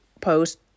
post